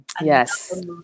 Yes